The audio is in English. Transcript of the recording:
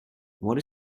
what